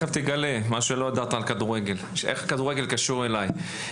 תיכף תגלה מה שלא ידעת, איך כדורגל קשור אליי.